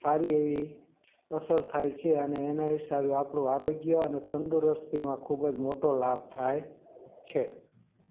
સારી એવી અસર થાય છે અને એના હિસાબે આપણું આરોગ્ય અને તંદુરસ્તીમાં ખૂબ જ મોટો લાભ થાય છે